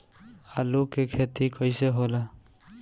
आलू के खेती कैसे होला?